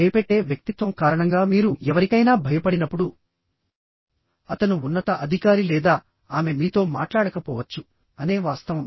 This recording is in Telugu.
భయపెట్టే వ్యక్తిత్వం కారణంగా మీరు ఎవరికైనా భయపడినప్పుడు అతను ఉన్నత అధికారి లేదా ఆమె మీతో మాట్లాడకపోవచ్చు అనే వాస్తవం